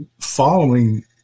following